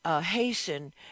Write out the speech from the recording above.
hasten